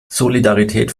solidarität